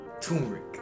Turmeric